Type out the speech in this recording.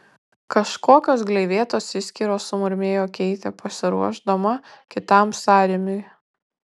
kažkokios gleivėtos išskyros sumurmėjo keitė pasiruošdama kitam sąrėmiui